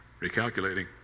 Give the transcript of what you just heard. recalculating